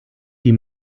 die